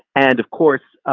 and of course,